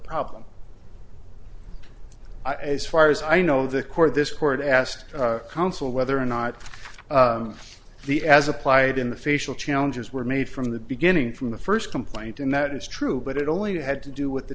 problem as far as i know the court this court asked counsel whether or not the as applied in the facial challenges were made from the beginning from the first complaint and that is true but it only had to do with the